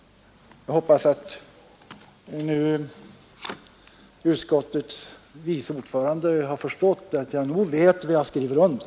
Jag hoppas att utskottets vice ordförande nu har förstått att jag nog vet vad jag skriver under.